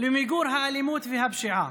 למיגור האלימות והפשיעה.